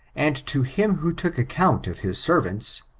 and to him who took account of his servants.